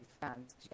fans